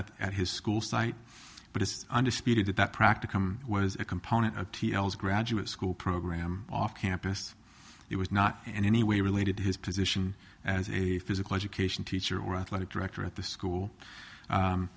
at at his school site but is under speeded that practically was a component of t l c graduate school program off campus it was not in any way related to his position as a physical education teacher or athletic director at the school